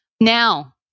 Now